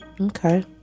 Okay